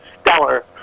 stellar